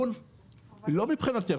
--- לא מבחינתך,